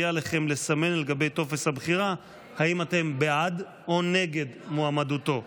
יהיה עליכם לסמן על גבי טופס הבחירה אם אתם בעד או נגד מועמדותו.